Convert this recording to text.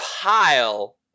pile